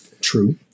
True